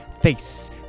face